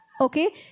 Okay